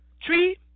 tree